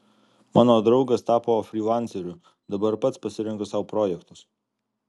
mano draugas tapo frylanceriu dabar pats pasirenka sau projektus